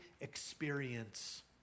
experience